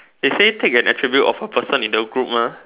they say take an attribute of a person in the group mah